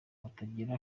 batagira